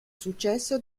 successo